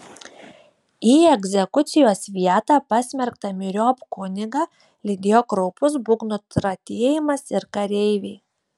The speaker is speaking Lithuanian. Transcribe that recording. į egzekucijos vietą pasmerktą myriop kunigą lydėjo kraupus būgnų tratėjimas ir kareiviai